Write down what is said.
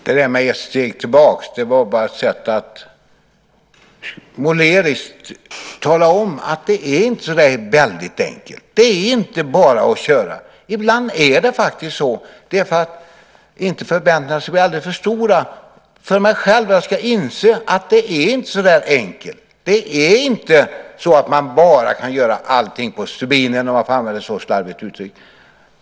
Herr talman! Detta med ett steg tillbaks var bara ett sätt att måleriskt tala om att det inte är så där väldigt enkelt, att det inte bara är att köra. Ibland är det faktiskt så. För att inte förväntningarna ska bli alldeles för stora hos mig själv inser jag att det inte är så där enkelt. Det är inte så att man kan göra allting på stubinen, om jag får använda ett så slarvigt uttryck.